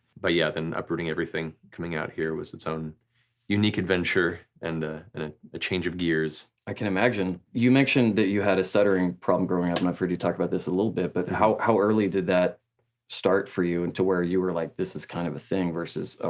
but yeah, then uprooting everything, coming out here was its own unique adventure and a and a change of gears. i can imagine. you mentioned that you had a stuttering problem growing up, and i've heard you talk about this a little bit, but how how early did that start for you and to where you were like this is kinda kind of a thing versus oh,